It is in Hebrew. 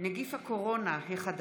נגיף הקורונה החדש)